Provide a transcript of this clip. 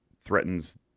threatens